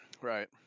Right